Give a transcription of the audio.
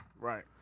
right